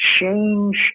change